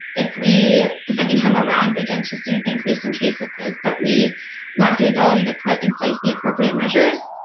if we, the second time around, begin to see increase in cases but we lack the ability to put in place the appropriate measures,